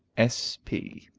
s p.